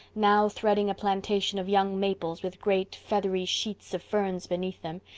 now threading a plantation of young maples with great feathery sheets of ferns beneath them,